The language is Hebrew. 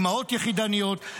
אימהות יחידניות.